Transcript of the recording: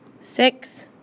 six